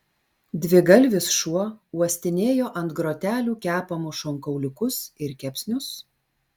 dvigalvis šuo uostinėjo ant grotelių kepamus šonkauliukus ir kepsnius